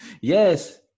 Yes